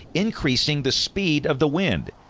increasing the speed of the wind.